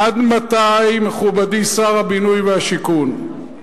עד מתי, מכובדי שר הבינוי והשיכון,